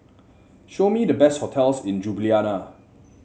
show me the best hotels in Ljubljana